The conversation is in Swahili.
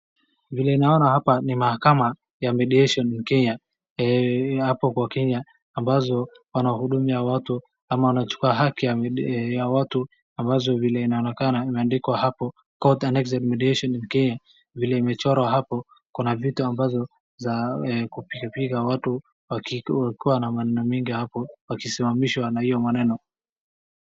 Vile naona hapa ni mahakama ya mediation ya Kenya, hapo kwa Kenya ambazo wanahudumia watu ama wanachukua haki ya watu ambazo vile inaonekana imeandikwa hapo Court Annexed Mediation in Kenya , vile imechorwa hapo kuna vitu ambazo za kupiga watu wakiwa na maneno mingi hapo wakisimamishwa na hiyo maneno.